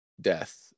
death